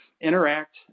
interact